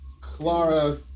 Clara